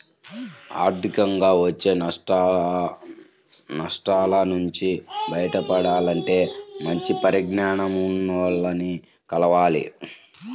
ఆర్థికంగా వచ్చే నష్టాల నుంచి బయటపడాలంటే మంచి పరిజ్ఞానం ఉన్నోల్లని కలవాలి